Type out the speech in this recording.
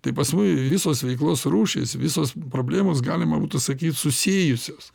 tai paskui visos veiklos rūšys visos problemos galima būtų sakyt susijusios